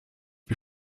wir